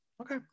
Okay